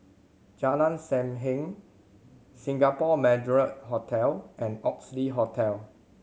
Jalan Sam Heng Singapore Marriott Hotel and Oxley Hotel